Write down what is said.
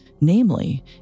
namely